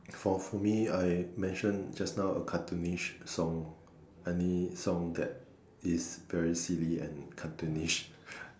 for for me I mention just now a cartoonish song any song that is very silly and cartoonish